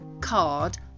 card